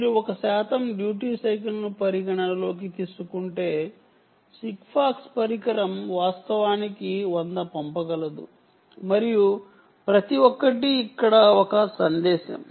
మీరు ఒక శాతం డ్యూటీ సైకిల్ను పరిగణనలోకి తీసుకుంటే సిగ్ఫాక్స్ పరికరం వాస్తవానికి 100 పంపగలదు మరియు ప్రతి ఒక్కటి ఇక్కడ ఒక సందేశం